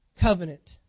covenant